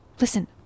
Listen